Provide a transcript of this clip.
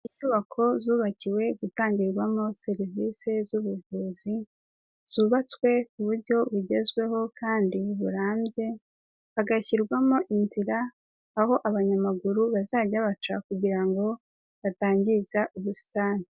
Inyubako zubakiwe gutangirwamo serivise z'ubuvuzi, zubatswe ku buryo bugezweho kandi burambye, hagashyirwamo inzira aho abanyamaguru bazajya baca kugira ngo batangiza ubusitani.